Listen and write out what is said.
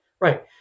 Right